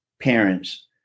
parents